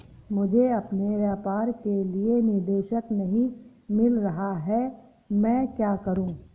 मुझे अपने व्यापार के लिए निदेशक नहीं मिल रहा है मैं क्या करूं?